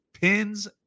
pins